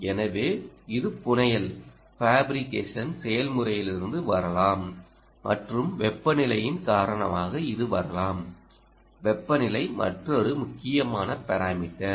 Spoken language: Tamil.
எனவே இது புனையல் செயல்முறையிலிருந்து வரலாம் மற்றும் வெப்பநிலையின் காரணமாக இது வரலாம் வெப்பநிலை மற்றொரு முக்கியமான பாராமீட்டர்